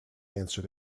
answer